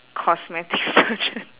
cosmetic surgeon